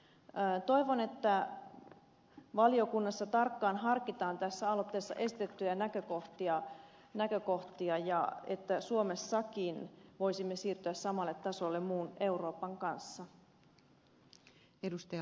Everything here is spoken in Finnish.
toivon että valiokunnassa tarkkaan harkitaan tässä aloitteessa esitettyjä näkökohtia ja että suomessakin voisimme siirtyä samalle tasolle muun euroopan kanssa